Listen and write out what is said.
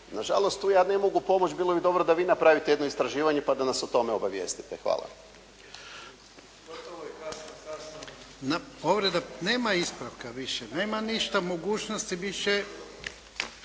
na žalost tu ja ne mogu pomoći, bilo bi dobro da vi napraviti jedno istraživanje pa da nas o tome obavijestite. Hvala. **Jarnjak, Ivan (HDZ)** Povreda. Nema ispravka, više. Nema ništa mogućnosti više,